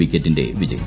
വിക്കറ്റിന്റെ വിജയം